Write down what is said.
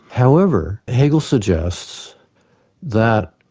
however, hegel suggests that